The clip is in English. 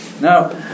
now